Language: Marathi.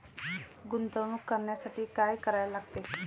गुंतवणूक करण्यासाठी काय करायला लागते?